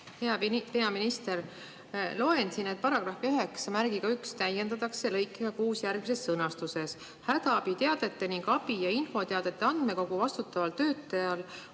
Hea peaminister! Loen siin, et paragrahv 91täiendatakse lõikega 6 järgmises sõnastuses: "Hädaabiteadete ning abi- ja infoteadete andmekogu vastutaval töötlejal